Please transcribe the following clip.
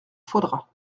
faudra